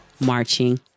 marching